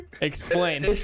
Explain